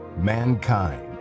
mankind